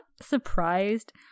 surprised